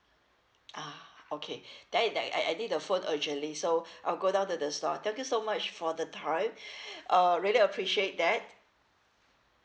ah okay then in that I I I need the phone urgently so I'll go down to the store thank you so much for the time uh really appreciate that